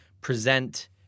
present